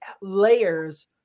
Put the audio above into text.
layers